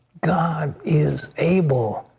god is able.